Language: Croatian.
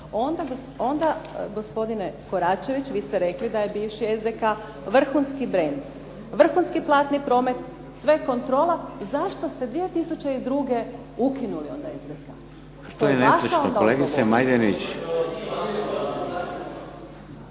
onda gospodine Koračević vi ste rekli da je bivši SDK vrhunski brend. Vrhunski platni promet, sve, kontrola, zašto ste 2002. ukinuli onda SDK. To je vaša onda